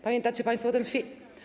Pamiętacie państwo ten film?